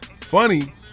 funny